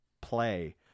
play